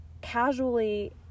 casually